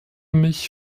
mich